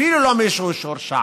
אפילו לא מישהו שהורשע.